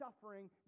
suffering